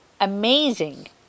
amazing